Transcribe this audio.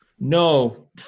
No